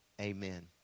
amen